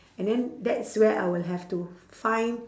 and then that's where I will have to find